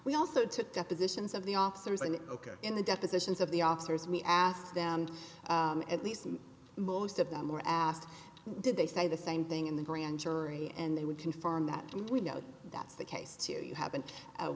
we also took depositions of the officers and ok in the depositions of the officers we asked them at least most of them were asked did they say the same thing in the grand jury and they would confirm that we know that's the case to you have an